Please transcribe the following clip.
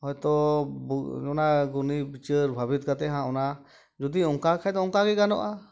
ᱦᱚᱭᱛᱚ ᱵᱩ ᱚᱱᱟ ᱜᱩᱱᱤ ᱵᱤᱪᱟᱹᱨ ᱵᱷᱟᱹᱵᱤᱛ ᱠᱟᱛᱮᱫ ᱦᱟᱸᱜ ᱚᱱᱟ ᱡᱩᱫᱤ ᱚᱱᱠᱟ ᱠᱷᱟᱱ ᱫᱚ ᱚᱱᱠᱟᱜᱮ ᱜᱟᱱᱚᱜᱼᱟ